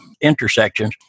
intersections